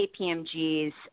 KPMG's